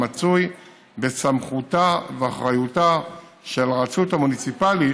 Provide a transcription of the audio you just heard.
המצוי בסמכותה ואחריותה של הרשות המוניציפלית,